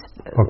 Okay